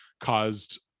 caused